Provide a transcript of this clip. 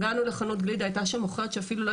והגענו לחנות גלידה היתה שם מוכרת שאפילו לא